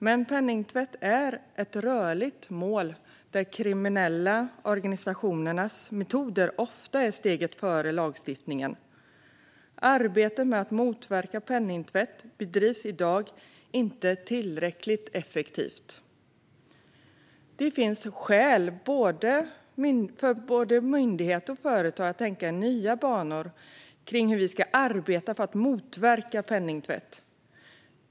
Men penningtvätt är ett rörligt mål där de kriminella organisationernas metoder ofta är steget före lagstiftningen. Arbetet med att motverka penningtvätt bedrivs i dag inte tillräckligt effektivt. Det finns skäl för både myndigheter och företag att tänka i nya banor kring hur vi ska arbeta för att motverka penningtvätt.